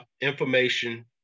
information